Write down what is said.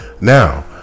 now